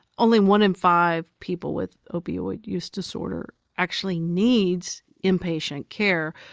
only one in five people with opioid use disorder actually needs inpatient care.